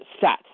set